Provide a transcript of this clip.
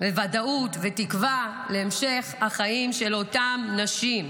וודאות ותקווה להמשך החיים של אותן נשים.